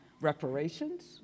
reparations